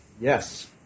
Yes